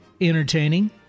Entertaining